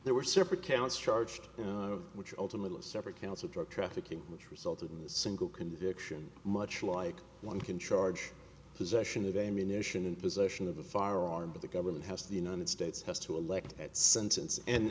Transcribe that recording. there were separate counts charged which ultimately is separate counts of drug trafficking which resulted in the single conviction much like one can charge possession of ammunition and possession of a firearm but the government has the united states has to elect that sentence and